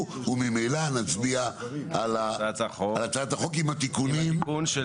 וממילא נצביע על הצעת החוק עם התיקון.